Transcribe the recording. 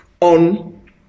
on